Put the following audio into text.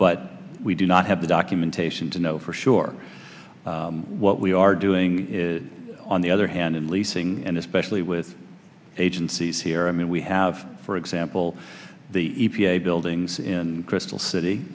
but we do not have the documentation to know for sure what we are doing on the other hand in leasing and especially with agencies here i mean we have for example the e p a buildings in crystal city